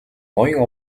ноён